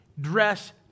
dress